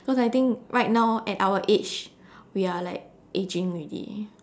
cause I think right now at our age we are like aging already